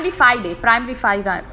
primary five dey primary five தான்:thaan